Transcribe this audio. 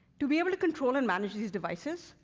to be able to control and manage these devices,